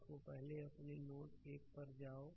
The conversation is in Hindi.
देखो पहले अपने नोड 1 पर आओ